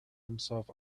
himself